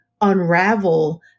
unravel